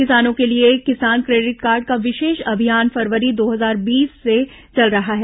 किसानों के लिए किसान क्रेडिट कार्ड का विशेष अभियान फरवरी दो हजार बीस से चल रहा है